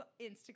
instagram